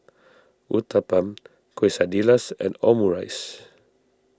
Uthapam Quesadillas and Omurice